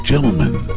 Gentlemen